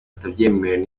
atabyemerewe